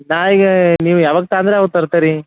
ನಾ ಈಗ ನೀವು ಯವಾಗ ತಾ ಅಂದ್ರ ಅವಾಗ ತರ್ತರಿ